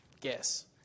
guess